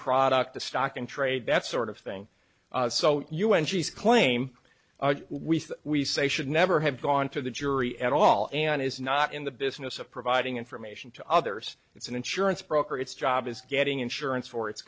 product the stock in trade that's sort of thing so un she's claim we said we say should never have gone to the jury at all and is not in the business of providing information to others it's an insurance broker its job is getting insurance for its